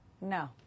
no